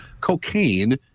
cocaine